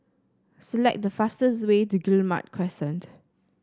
select the fastest way to Guillemard Crescent